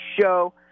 show